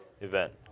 event